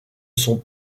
sont